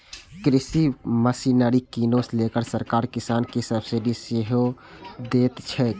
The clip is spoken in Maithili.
कृषि मशीनरी कीनै लेल सरकार किसान कें सब्सिडी सेहो दैत छैक